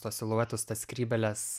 tuos siluetus tas skrybėles